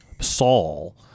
Saul—